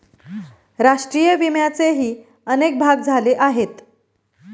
राष्ट्रीय विम्याचेही अनेक भाग झाले आहेत